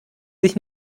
sich